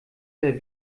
der